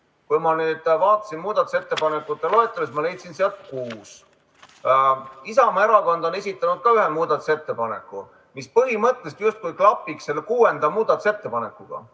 Kui ma nüüd vaatasin muudatusettepanekute loetelu, siis ma leidsin sealt kuus. Isamaa Erakond on esitanud ka ühe muudatusettepaneku, mis põhimõtteliselt justkui klapiks selle kuuenda muudatusettepanekuga,